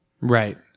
Right